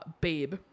Babe